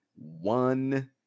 one